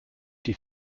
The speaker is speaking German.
die